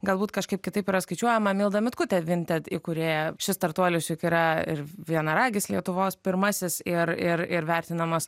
galbūt kažkaip kitaip yra skaičiuojama milda mitkutė vinted įkūrėja šis startuolis juk yra ir vienaragis lietuvos pirmasis ir ir ir vertinamas